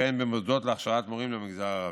וכן במוסדות להכשרת מורים למגזר הערבי.